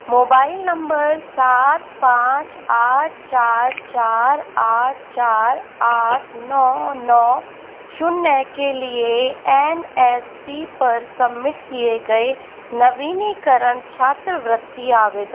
mobile number सात पाँच आठ चार चार आठ चार आठ नौ नौ शून्य के लिए एन एस पी पर सबमिट किए गए नवीनीकरण छात्रवृत्ति आवेदनों की सूची बनाएँ